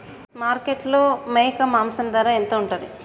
మార్కెట్లో మేక మాంసం ధర ఎంత ఉంటది?